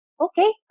okay